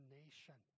nation